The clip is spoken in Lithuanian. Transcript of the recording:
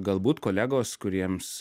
galbūt kolegos kuriems